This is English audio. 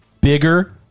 Bigger